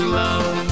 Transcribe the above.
love